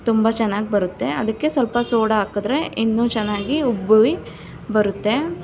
ತುಂಬ ಚೆನ್ನಾಗಿ ಬರುತ್ತೆ ಅದಕ್ಕೆ ಸ್ವಲ್ಪ ಸೋಡ ಹಾಕಿದ್ರೆ ಇನ್ನು ಚೆನ್ನಾಗಿ ಉಬ್ಬಿ ಬರುತ್ತೆ